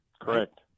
Correct